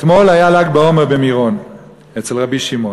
אתמול היה ל"ג בעומר במירון אצל רבי שמעון,